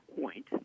point